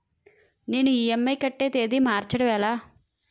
నేను ఇ.ఎం.ఐ కట్టే తేదీ మార్చడం ఎలా?